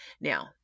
Now